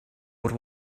what